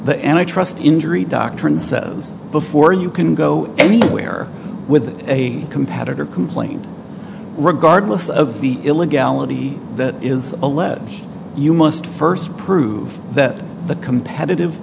the and i trust injury doctrine says before you can go anywhere with a competitor complaint regardless of the illegality that is a lead you must first prove that the competitive